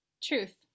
truth